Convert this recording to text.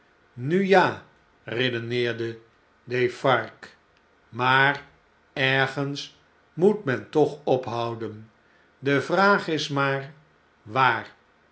nu ja redeneerde defarge maar ergens moet men toch ophouden de vraag is maar waar